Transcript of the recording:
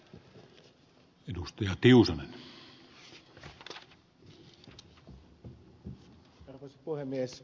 arvoisa puhemies